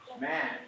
Man